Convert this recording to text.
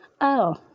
Oh